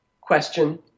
question